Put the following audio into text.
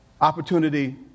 opportunity